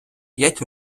п’ять